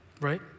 right